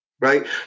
Right